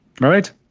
right